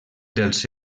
dels